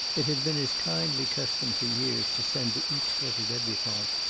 it had been his kindly custom for years to send to each little debutante,